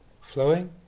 flowing